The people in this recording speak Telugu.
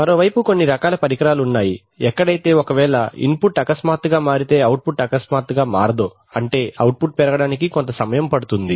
మరోవైపు కొన్ని రకాల పరికరాలు ఉన్నాయి ఎక్కడైతే ఒకవేళ ఇన్పుట్ అకస్మాత్తుగా మారితే అవుట్పుట్ అకస్మాత్తుగా మారదో అంటే అవుట్పుట్ పెరగడానికి కొంత సమయం పడుతుంది